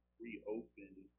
reopened